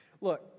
Look